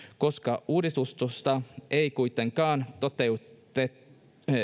koska uudistusta ei kuitenkaan toteutettu